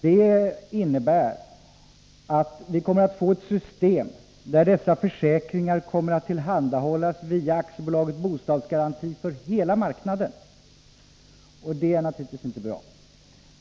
Det innebär att vi får ett system där dessa försäkringar tillhandahålls via AB Bostadsgaranti för hela marknaden, och det är naturligtvis inte bra.